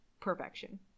perfection